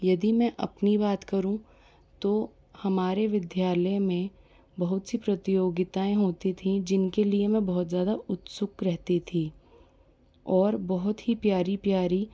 यदि मैं अपनी बात करूँ तो हमारे विद्यालय में बहुत सी प्रतियोगिताएँ होती थी जिनके लिए मैं बहुत ज़्यादा उत्सुक रहती थी और बहुत ही प्यारी प्यारी